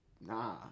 nah